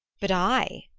but i?